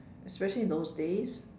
especially in those days